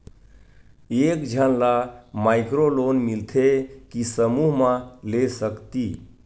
एक झन ला माइक्रो लोन मिलथे कि समूह मा ले सकती?